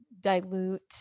dilute